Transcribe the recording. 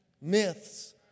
myths